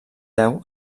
deu